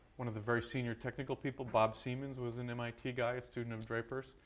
one of the very senior technical people, bob siemens, was an mit guy, a student of draper's.